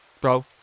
Bro